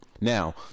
now